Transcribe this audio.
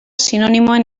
sinonimoen